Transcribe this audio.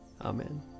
Amen